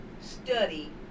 study